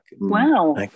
Wow